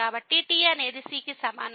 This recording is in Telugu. కాబట్టి t అనేది c కి సమానం